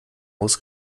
jetzt